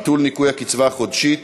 (ביטול ניכוי הקצבה החודשית